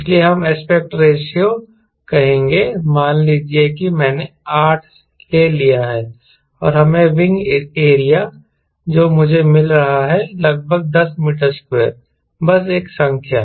इसलिए हम एस्पेक्ट रेशों कहेंगे मान लीजिए कि मैंने 8 ले लिया है और हमें विंग एरिया जो मुझे मिल रहा है लगभग 10 m2 बस एक संख्या